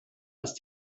ist